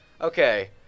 Okay